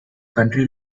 country